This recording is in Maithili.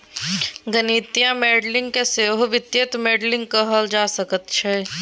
गणितीय मॉडलिंग केँ सहो वित्तीय मॉडलिंग कहल जा सकैत छै